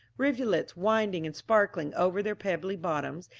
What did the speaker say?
rivulets winding and sparkling over their pebbly bottoms,